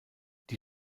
die